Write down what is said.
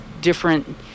different